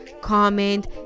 comment